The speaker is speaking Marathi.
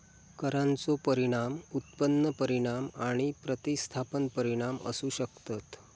करांचो परिणाम उत्पन्न परिणाम आणि प्रतिस्थापन परिणाम असू शकतत